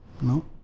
no